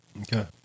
Okay